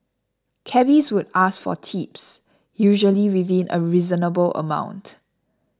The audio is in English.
cabbies would ask for tips usually within a reasonable amount